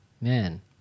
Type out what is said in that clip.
Man